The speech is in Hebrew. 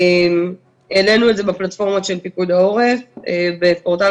העלינו את זה בפלטפורמות של פיקוד העורף ובפורטל